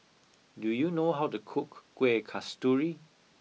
do you know how to cook kueh kasturi